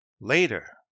Later